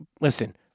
listen